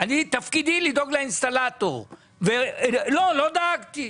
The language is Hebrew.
אני תפקידי לדאוג לאינסטלטור ולא, לא דאגתי.